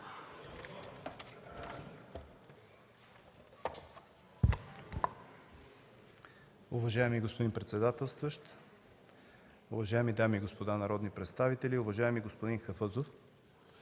Уважаеми господин председателстващ, уважаеми дами и господа народни представители! Уважаеми господин Хафъзов,